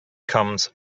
comes